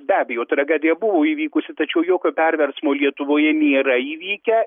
be abejo tragedija buvo įvykusi tačiau jokio perversmo lietuvoje nėra įvykę